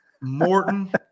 Morton